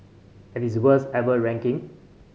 and its worst ever ranking